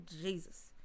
Jesus